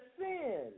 sin